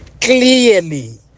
clearly